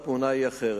התמונה היא אחרת.